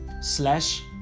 slash